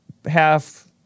half